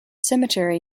cemetery